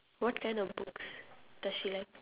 what kind of books does she like